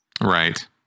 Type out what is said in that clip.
right